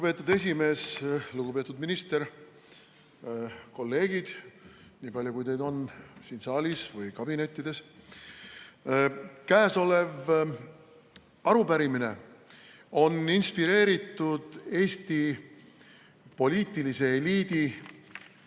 Lugupeetud esimees! Lugupeetud minister! Kolleegid, nii palju kui teid on siin saalis või kabinettides! Käesolev arupärimine on inspireeritud Eesti poliitilise eliidi